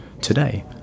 today